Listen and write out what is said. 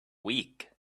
week